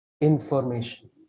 information